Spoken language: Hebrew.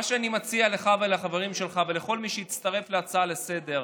מה שאני מציע לך ולחברים שלך ולכל מי שהצטרף להצעה לסדר-היום: